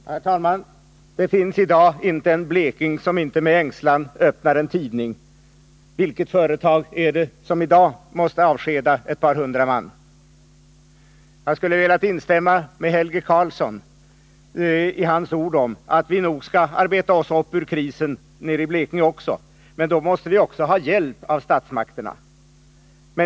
Herr talman! Det finns i dag inte en bleking som inte med ängslan öppnar en tidning. Vilket företag är det som i dag måste avskeda ett par hundra man? Jag skulle ha velat instämma med Helge Karlsson, när han sade att vi nog skall arbeta oss upp ur krisen nere i Blekinge också. Men då måste vi få hjälp av statsmakterna.